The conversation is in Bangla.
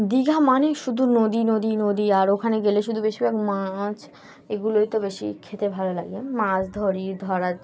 দীঘা মানে শুধু নদী নদী নদী আর ওখানে গেলে শুধু বেশিরভাগ মাছ এগুলোই তো বেশি খেতে ভালো লাগে মাছ ধরি ধরাার